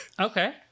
Okay